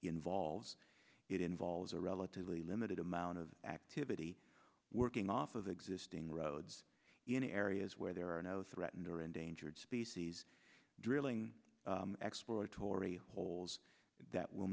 involves it involves a relatively limited amount of activity working off of existing roads in areas where there are no threatened or endangered species drilling expert or a holes that will